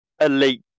Elite